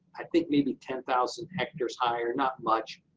i think maybe ten thousand hectares higher, not much,